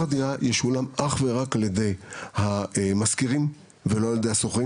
התיווך ישולם אך ורק על ידי המשכירים ולא על ידי השוכרים